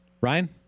Ryan